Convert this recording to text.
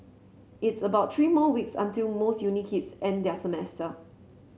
it's about three more weeks until most uni kids end their semester